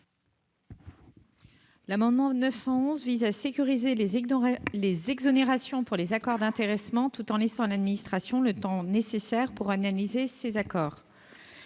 amendement vise à sécuriser les exonérations offertes pour les accords d'intéressement tout en laissant à l'administration le temps nécessaire pour analyser ces accords.